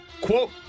Quote